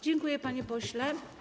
Dziękuję, panie pośle.